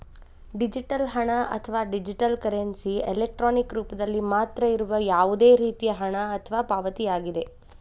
digital ಹಣ, ಅಥವಾ digital currency, electronic ರೂಪದಲ್ಲಿ ಮಾತ್ರ ಇರುವ ಯಾವುದೇ ರೇತಿಯ ಹಣ ಅಥವಾ ಪಾವತಿಯಾಗಿದೆ